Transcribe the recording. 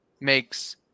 makes